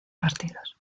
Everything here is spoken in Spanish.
partidos